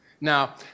Now